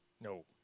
No